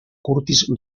curtis